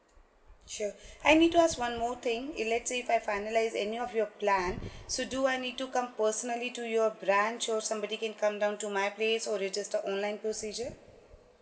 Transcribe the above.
sure I need to ask one more thing if let's say if I finalise any of your plan so do I need to come personally to your branch or somebody can come down to my place or it's just a online procedure